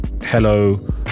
hello